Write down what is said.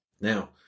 Now